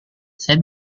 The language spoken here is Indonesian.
saya